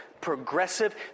progressive